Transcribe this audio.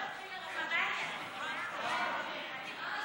להעביר את הצעת חוק לפינוי שדות